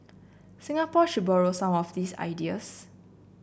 Singapore should borrow some of these ideas